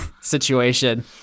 situation